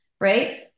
right